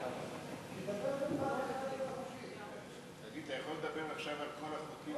אתה יכול לדבר עכשיו על כל החוקים,